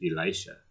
Elisha